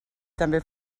també